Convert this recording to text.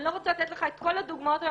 אני לא רוצה לתת לך את כל הדוגמאות היום